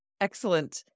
Excellent